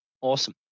Awesome